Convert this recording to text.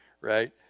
right